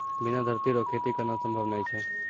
बिना धरती रो खेती करना संभव नै छै